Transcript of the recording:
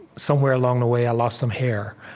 somewhere along the way, i lost some hair.